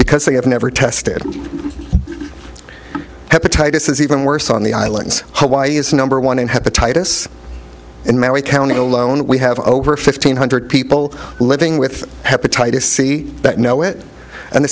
because they have never tested hepatitis is even worse on the islands hawaii is number one in hepatitis and many county alone we have over fifteen hundred people living with hepatitis c that know it and the